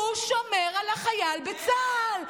הוא שומר על החייל בצה"ל.